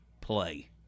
play